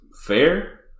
fair